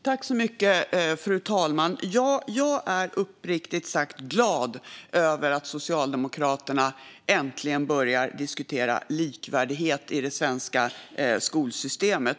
Fru talman! Jag är uppriktigt glad över att Socialdemokraterna äntligen börjar diskutera likvärdigheten i det svenska skolsystemet.